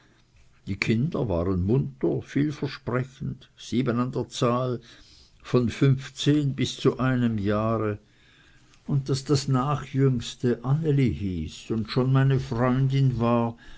die kinder waren munter vielversprechend sieben an der zahl von fünfzehn bis zu einem jahre und daß das nachjüngste anneli hieß und schon meine freundin war